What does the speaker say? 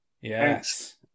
Yes